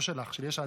לא שלך, של יש עתיד,